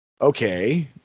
okay